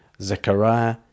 Zechariah